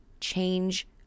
change